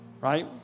right